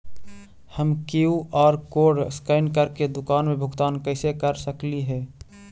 हम QR code scan करके दुकान में भुगतान कैसे कर सकली हे?